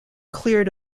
cleared